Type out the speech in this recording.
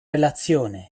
relazione